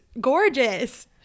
gorgeous